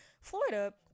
florida